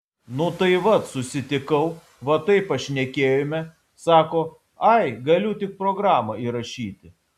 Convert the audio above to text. nu tai vat susitikau va taip pašnekėjome sako ai galiu tik programą įrašyti